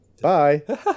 Bye